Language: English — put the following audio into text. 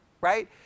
right